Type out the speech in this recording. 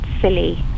silly